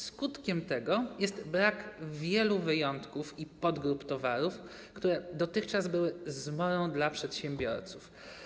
Skutkiem tego jest brak wielu wyjątków i podgrup towarów, które dotychczas były zmorą dla przedsiębiorców.